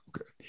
Okay